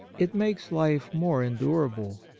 it makes life more endurable.